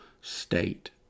state